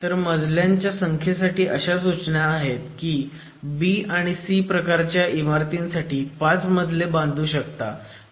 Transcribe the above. तर मजल्यांच्या संख्येसाठी अशा सूचना आहेत की B आणि C प्रकारच्या इमारतींसाठी 5 मजले बांधू शकता